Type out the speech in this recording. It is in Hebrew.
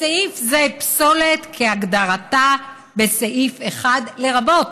בסעיף זה, פסולת, כהגדרתה בסעיף 1, לרבות